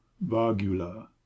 vagula